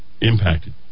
impacted